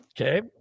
okay